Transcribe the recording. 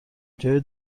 جای